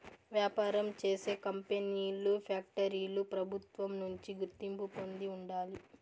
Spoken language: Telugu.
వ్యాపారం చేసే కంపెనీలు ఫ్యాక్టరీలు ప్రభుత్వం నుంచి గుర్తింపు పొంది ఉండాలి